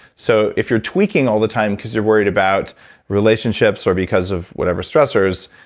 so if you're tweaking all the time because you're worried about relationships or because of whatever stressors,